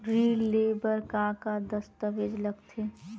ऋण ले बर का का दस्तावेज लगथे?